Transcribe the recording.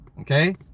Okay